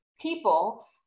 people